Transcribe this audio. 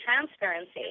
transparency